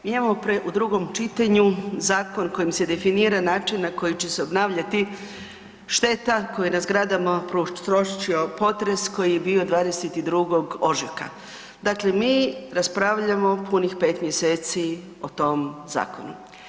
Mi imamo u drugom čitanju zakon kojim se definira način na koji će se obnavljati šteta koju je na zgradama prouzročio potres koji je bio 22. ožujka, dakle mi raspravljamo punih pet mjeseci o tom zakonu.